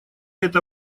это